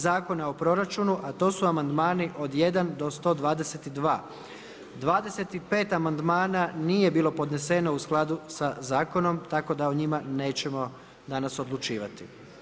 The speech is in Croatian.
Zakona o proračunu a to su amandmani od 1 do 122. 25 amandmana nije bilo podneseno u skladu sa zakonom tako da o njima nećemo danas odlučivati.